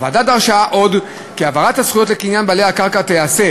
הוועדה דרשה עוד כי העברת הזכויות לקניין בעל הקרקע תיעשה